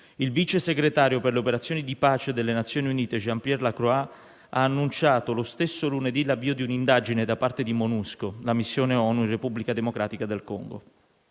Il Vice Segretario generale per le operazioni di pace delle Nazioni Unite, Jean-Pierre Lacroix, ha annunciato lo stesso lunedì l'avvio di un'indagine da parte di Monusco, la missione ONU in Repubblica Democratica del Congo.